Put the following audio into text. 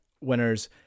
Winners